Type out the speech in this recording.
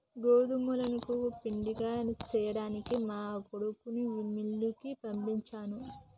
గోదుములను పిండిగా సేయ్యడానికి మా కొడుకుని మిల్లుకి పంపించాను